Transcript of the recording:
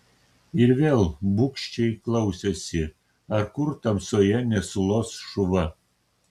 ir vėl bugščiai klausėsi ar kur tamsoje nesulos šuva